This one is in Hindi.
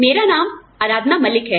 मेरा नाम आराधना मलिक है